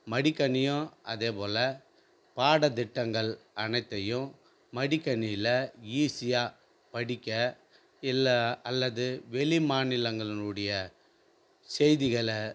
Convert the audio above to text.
மடிக்கணியும் அதே போல் பாடத்திட்டங்கள் அனைத்தையும் மடிக்கணினியில் ஈஸியாக படிக்க இல்லை அல்லது வெளி மாநிலங்களினுடைய செய்திகளை